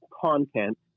content